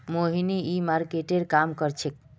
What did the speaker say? मोहिनी ई कॉमर्सेर काम कर छेक्